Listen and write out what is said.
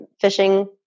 fishing